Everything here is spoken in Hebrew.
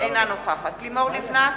אינה נוכחת לימור לבנת,